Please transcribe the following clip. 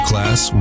Class